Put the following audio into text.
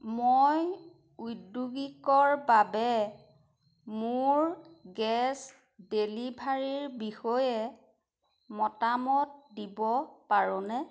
মই উদ্যোগিকৰ বাবে মোৰ গেছ ডেলিভাৰীৰ বিষয়ে মতামত দিব পাৰোঁনে